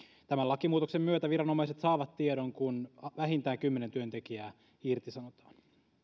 tämän lakimuutoksen myötä viranomaiset saavat tiedon kun vähintään kymmenen työntekijää irtisanotaan